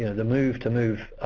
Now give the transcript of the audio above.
the move to move